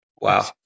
Wow